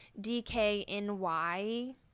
dkny